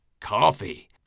coffee